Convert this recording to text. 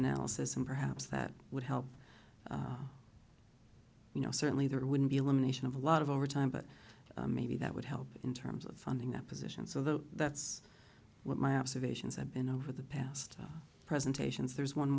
analysis and perhaps that would help you know certainly there wouldn't be elimination of a lot of overtime but maybe that would help in terms of funding opposition so that's what my observations have been over the past presentations there's one